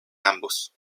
ambos